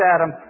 Adam